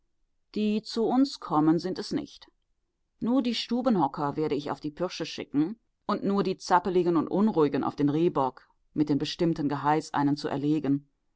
die zu uns kommen sind es nicht nur die stubenhocker werde ich auf die pürsche schicken und nur die zappeligen und unruhigen auf den rehbock mit dem bestimmten geheiß einen zu erlegen